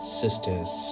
sisters